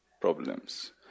problems